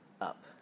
up